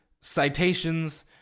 citations